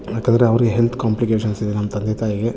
ಯಾಕಂದರೆ ಅವ್ರಿಗೆ ಹೆಲ್ತ್ ಕಾಂಪ್ಲಿಕೇಷನ್ಸಿದೆ ನಮ್ಮ ತಂದೆ ತಾಯಿಗೆ